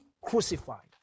crucified